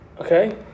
Okay